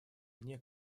вне